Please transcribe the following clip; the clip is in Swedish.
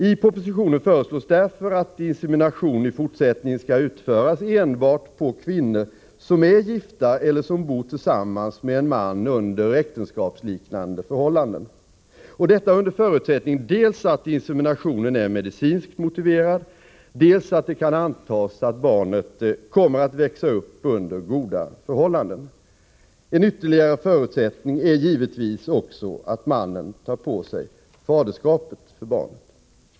I propositionen föreslås därför att insemination i fortsättningen skall få utföras enbart på kvinnor som är gifta eller som bor tillsammans med en man under äktenskapsliknande förhållanden, och detta under förutsättning dels att inseminationen är medicinskt motiverad, dels att det kan antas att barnet kommer att växa upp under goda förhållanden. En ytterligare förutsättning är givetvis att mannen tar på sig faderskapet för barnet.